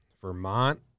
Vermont